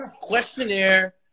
questionnaire